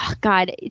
God